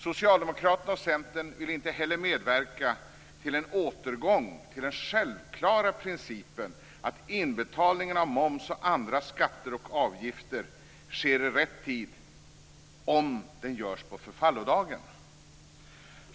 Socialdemokraterna och Centern vill inte heller medverka till en återgång till den självklara principen att inbetalningen av moms och andra skatter och avgifter sker i rätt tid om den görs på förfallodagen.